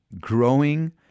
growing